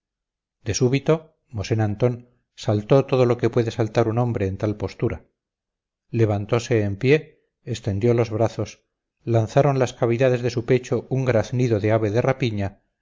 de súbito mosén antón saltó todo lo que puede saltar un hombre en tal postura levantose en pie extendió los brazos lanzaron las cavidades de su pecho un graznido de ave de rapiña